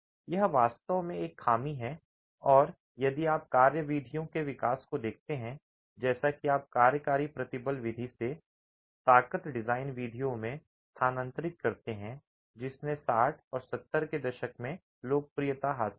यह वास्तव में एक खामी है और यदि आप कार्यविधियों के विकास को देखते हैं जैसा कि आप कार्यकारी प्रतिबल विधि से ताकत डिजाइन विधियों में स्थानांतरित करते हैं जिसने 60 और 70 के दशक में लोकप्रियता हासिल की